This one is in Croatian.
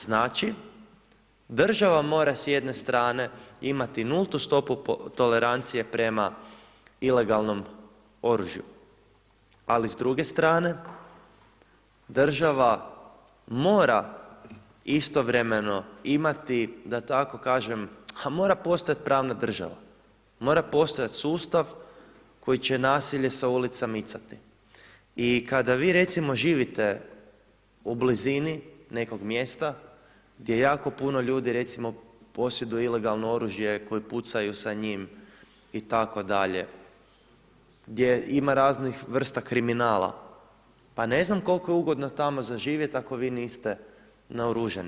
Znači država mora s jedne strane imati nultu stopu tolerancije prema ilegalnom oružju, ali s druge strane država mora istovremeno imati, da tako kažem, a mora postojat pravna država, mora postojat sustav koji će nasilje s ulica micati i kada vi recimo živite u blizini nekog mjesta gdje jako puno ljudi recimo posjeduje ilegalno oružje koji pucaju sa njim itd. gdje ima raznih vrsta kriminala pa ne znam koliko je ugodno tamo za živjet ako vi niste naoružani.